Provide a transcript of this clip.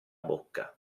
bocca